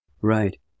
Right